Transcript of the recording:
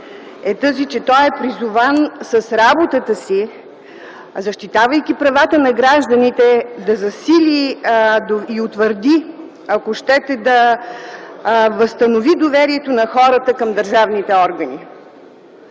е тази, че той е призован с работата си, защитавайки правата на гражданите да засили и утвърди, ако щете, да възстанови доверието на хората към държавните органи.